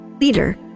Leader